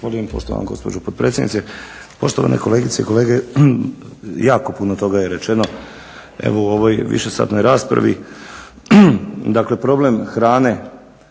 Hvala vam